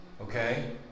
okay